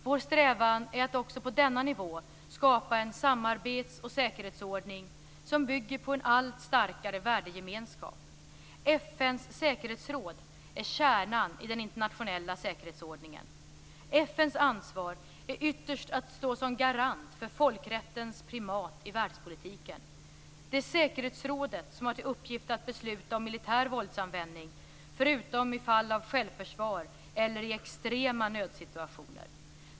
Vår strävan är att också på denna nivå skapa en samarbets och säkerhetsordning som bygger på en allt starkare värdegemenskap. FN:s säkerhetsråd är kärnan i den internationella säkerhetsordningen. FN:s ansvar är ytterst att stå som garant för folkrättens primat i världspolitiken. Det är säkerhetsrådet som har till uppgift att besluta om militär våldsanvändning, förutom i fall av självförsvar eller i extrema nödsituationer.